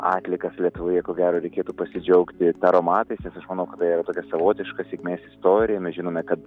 atliekas lietuvoje ko gero reikėtų pasidžiaugti taromatais nes aš manau kad tai yra tokia savotiška sėkmės istorija mes žinome kad